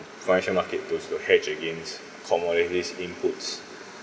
financial market goes to hedge against commodities inputs